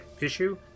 issue